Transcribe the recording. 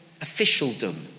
officialdom